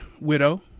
widow